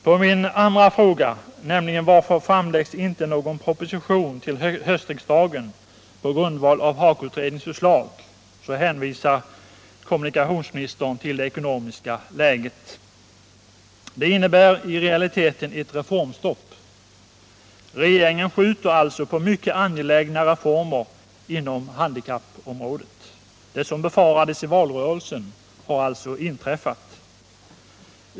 På min andra fråga, om varför det inte framläggs någon proposition till höstriksdagen på grundval av HAKO-utredningens förslag, hänvisar kommunikationsministern till det ekonomiska läget. Det innebär i realiteten ett reformstopp. Regeringen skjuter alltså på mycket angelägna reformer inom handikappområdet. Det som befarades i valrörelsen har alltså inträffat.